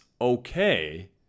okay